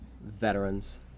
veterans